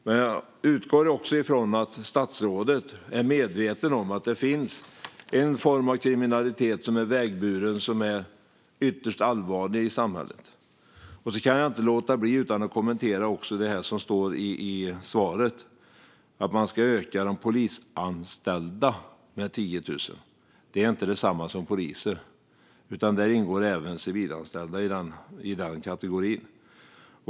Men jag utgår också från att statsrådet är medveten om att det finns en form av kriminalitet som är vägburen och som är ytterst allvarlig för samhället. Jag kan inte låta bli att kommentera det som sägs i interpellationssvaret om att man ska "öka antalet polisanställda med 10 000". Det är inte detsamma som poliser, utan även civilanställda ingår i den kategorin.